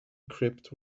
crypt